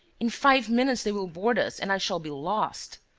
in five minutes they will board us and i shall be lost.